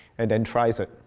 and then tries it.